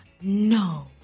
No